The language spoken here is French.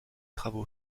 travaux